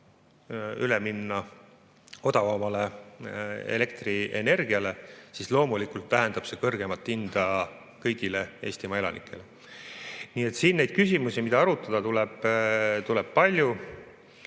üle minna odavamale elektrienergiale, siis loomulikult tähendab see kõrgemat hinda kõigile Eestimaa elanikele. Nii et siin neid küsimusi, mida arutada tuleb, on palju.